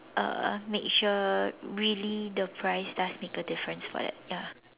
uh make sure really the price does make a difference for that ya